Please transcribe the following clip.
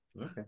okay